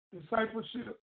discipleship